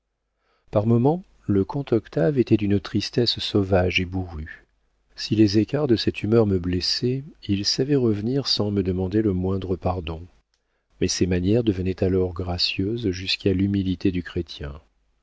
par moments le comte octave était d'une tristesse sauvage et bourrue si les écarts de cette humeur me blessaient il savait revenir sans me demander le moindre pardon mais ses manières devenaient alors gracieuses jusqu'à l'humilité du chrétien